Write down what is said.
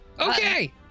Okay